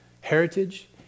heritage